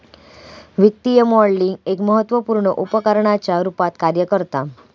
वित्तीय मॉडलिंग एक महत्त्वपुर्ण उपकरणाच्या रुपात कार्य करता